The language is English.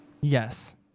Yes